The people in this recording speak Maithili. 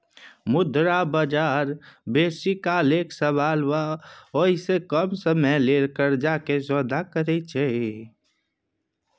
मुद्रा बजार बेसी काल एक साल वा ओइसे कम समयक लेल कर्जा के सौदा करैत छै